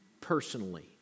personally